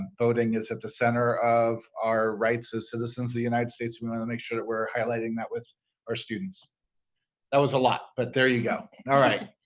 voting is at the center of our rights as citizens the united states we want to make sure that we're highlighting that with our students that was a lot but there you go all